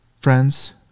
friends